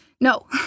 No